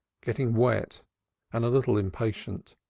getting wet and a little impatient.